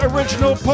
Original